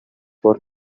for